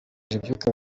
ibyuka